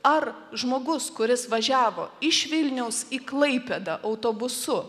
ar žmogus kuris važiavo iš vilniaus į klaipėdą autobusu